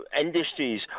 industries